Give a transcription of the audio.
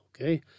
okay